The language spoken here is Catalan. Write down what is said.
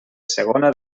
segona